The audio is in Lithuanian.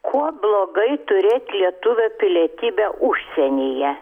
kuo blogai turėt lietuvio pilietybę užsienyje